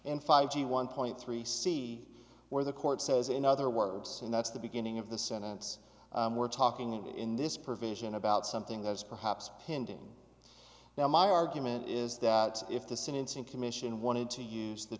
and five g one point three c where the court says in other words and that's the beginning of the sentence we're talking and in this provision about something that is perhaps pinned in now my argument is that if the sentencing commission wanted to use the